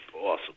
awesome